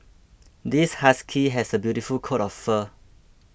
this husky has a beautiful coat of fur